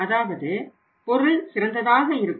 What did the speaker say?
அதாவது பொருள் சிறந்ததாக இருக்கும்